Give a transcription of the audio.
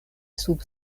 sub